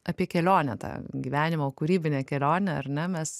apie kelionę tą gyvenimo kūrybinę kelionę ar ne mes